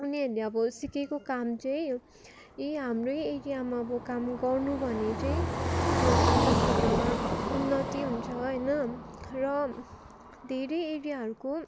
उनीहरूले अब सिकेको काम चाहिँ यी हाम्रै एरियामा अब काम गर्नु भने चाहिँ यो हाम्रो क्षेत्रमा उन्नति हुन्छ होइन र धेरै एरियाहरूको